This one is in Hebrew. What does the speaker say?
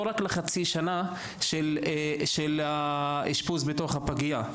רק לחצי שנה של האשפוז בתוך הפגייה.